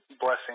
blessing